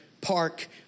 park